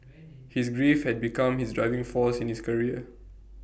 his grief had become his driving force in his career